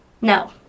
no